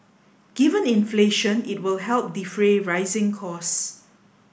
given inflation it will help defray rising costs